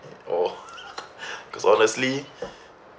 oh cause honestly